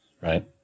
Right